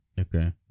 Okay